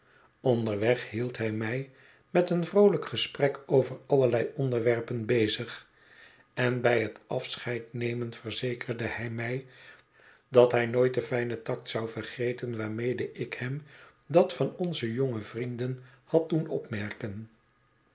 onderweg hield hij mij met een vroolijk gesprek over allerlei onderwerpen bezig en bij het afscheidnemen verzekerde hij mij dat hij nooit den fijnen tact zou vergeten waarmede ik hem dat van onze jonge vrienden had doen opmerken